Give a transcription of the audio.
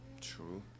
True